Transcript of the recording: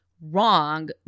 wrong